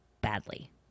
badly